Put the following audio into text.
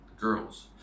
girls